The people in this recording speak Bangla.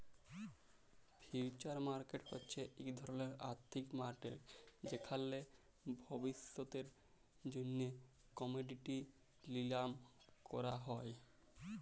ফিউচার মার্কেট হছে ইক ধরলের আথ্থিক মার্কেট যেখালে ভবিষ্যতের জ্যনহে কমডিটি লিলাম ক্যরা হ্যয়